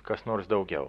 kas nors daugiau